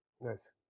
Nice